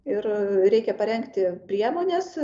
ir reikia parengti priemones